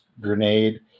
grenade